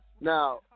Now